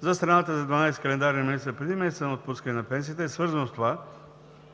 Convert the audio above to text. за страната за 12 календарни месеца преди месеца на отпускане на пенсията е свързано с това,